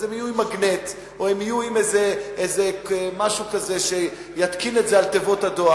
אז הן יהיו עם מגנט או עם משהו שיתקין את זה על תיבות הדואר.